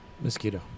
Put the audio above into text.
mosquito